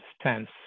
stance